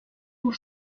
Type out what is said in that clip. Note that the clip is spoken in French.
pour